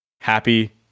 Happy